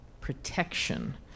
protection